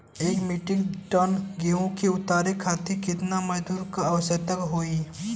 एक metric ton गेहूँ के उतारे खातीर कितना मजदूर क आवश्यकता होई?